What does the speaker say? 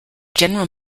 general